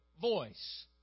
voice